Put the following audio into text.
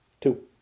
Two